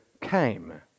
came